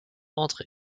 entre